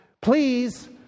please